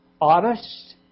honest